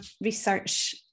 research